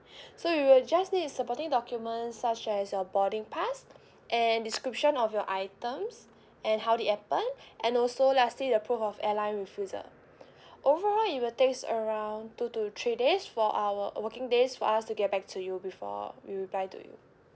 so we will just need supporting documents such as your boarding pass and description of your items and how did it happen and also lastly the proof of airline refusal overall it will takes around two to three days for our uh working days for us to get back to you before we reply to you